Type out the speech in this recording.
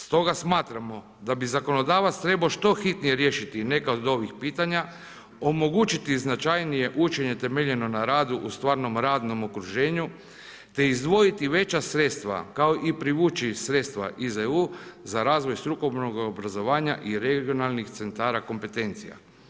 Stoga smatramo da bi zakonodavac trebao što hitnije riješiti neka od ovih pitanja, omogućiti značajnije učenje temeljeno na radu u stvarnom radnom okruženju, te izdvojiti veća sredstva kao i privući sredstva iz EU za razvoj strukovnog obrazovanja i regionalnih centara kompetencija.